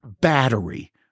battery